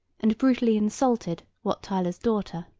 and brutally insulted wat tyler's daughter.